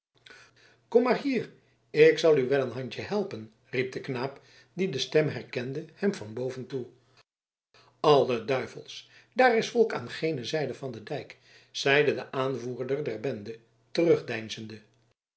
kom maar hier ik zal u wel een handje helpen riep de knaap die de stem herkende hem van boven toe alle duivels daar is volk aan gene zijde van den dijk zeide de aanvoerder der bende